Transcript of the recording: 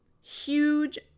huge